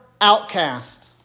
outcast